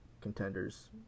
contenders